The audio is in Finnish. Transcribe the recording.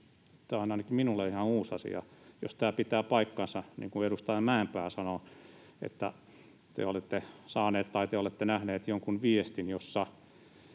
Tämä on ainakin minulle ihan uusi asia, jos tämä pitää paikkansa, niin kuin edustaja Mäenpää sanoi, että te olette saanut tai te olette nähnyt jonkun viestin, jossa